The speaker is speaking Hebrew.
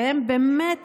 שהם באמת